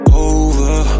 over